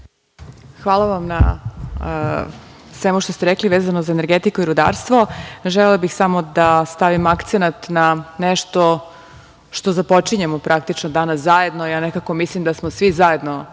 Hvala vam na svemu što ste rekli vezano za energetiku i rudarstvo. Želela bih samo da stavim akcenat na nešto što započinjemo praktično danas zajedno. Nekako mislim da smo svi zajedno